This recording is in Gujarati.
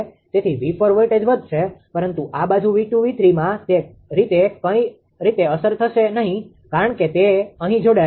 તેથી 𝑉4 વોલ્ટેજ વધશે પરંતુ આ બાજુ 𝑉2 𝑉3માં તે રીતે કઈ અસર થશે નહિ કારણ કે તે અહીં જોડાયેલ છે